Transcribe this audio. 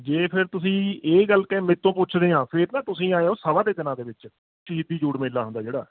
ਜੇ ਫਿਰ ਤੁਸੀਂ ਇਹ ਗੱਲ ਕਹਿ ਮੈਤੋਂ ਪੁੱਛਦੇ ਹਾਂ ਫਿਰ ਨਾ ਤੁਸੀਂ ਆਇਓ ਸਭਾ ਦੇ ਦਿਨਾਂ ਦੇ ਵਿੱਚ ਸ਼ਹੀਦੀ ਜੋੜ ਮੇਲਾ ਹੁੰਦਾ ਜਿਹੜਾ